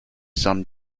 some